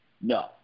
No